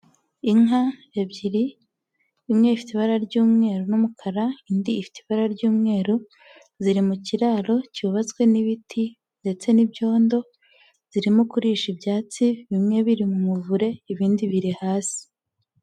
Inka ebyiri imwe ifite ibara ry'umweru n'umukara indi ifite ibara ry'umweru, ziri mu kiraro cyubatswe n'ibiti ndetse n'ibyondo, zirimo kuririsha ibyatsi bimwe biri mu muvure ibindi biri hasi.